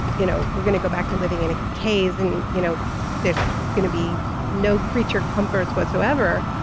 you know we're going to go back to living in a cave, and you know there's going to be no creature comforts whatsoever,